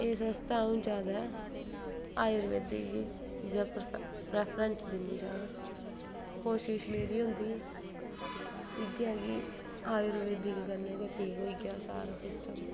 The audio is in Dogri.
इस वास्तै अ'ऊं जैदा आयुर्वेदिक गी प्रैफरंस दिन्नी होन्नी आं कोशश मेरी होंदी ऐ कि आयुर्वेदिक कन्नै गै ठीक होई जा सारा सिस्टम